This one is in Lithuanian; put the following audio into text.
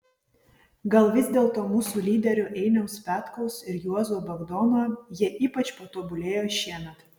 gal vis dėlto mūsų lyderių einiaus petkaus ir juozo bagdono jie ypač patobulėjo šiemet